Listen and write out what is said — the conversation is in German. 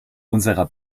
unserer